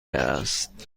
است